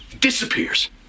Disappears